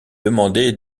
demandé